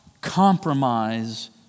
compromise